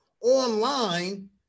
online